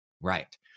Right